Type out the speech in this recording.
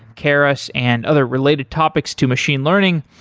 keras and other related topics to machine learning,